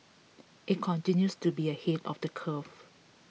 it continues to be ahead of the curve